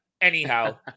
Anyhow